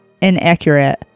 inaccurate